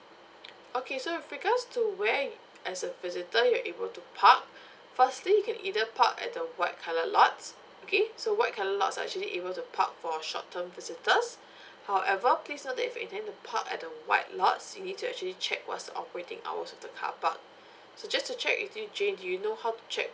okay so with regards to where as a visitor you're able to park firstly you can either park at the white coloured lots okay so white coloured lots are actually able to park for short term visitors however please note that if you're intending to park at the white lots you need to actually check what's the operating hours of the car park so just to check with you jane do you know how to check